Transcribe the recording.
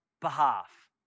behalf